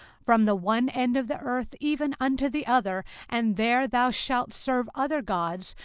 from the one end of the earth even unto the other and there thou shalt serve other gods,